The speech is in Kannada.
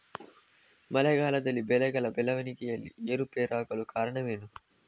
ಮಳೆಗಾಲದಲ್ಲಿ ಬೆಳೆಗಳ ಬೆಳವಣಿಗೆಯಲ್ಲಿ ಏರುಪೇರಾಗಲು ಕಾರಣವೇನು?